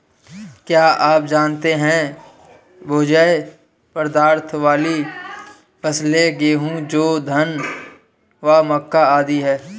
क्या आप जानते है भोज्य पदार्थ वाली फसलें गेहूँ, जौ, धान व मक्का आदि है?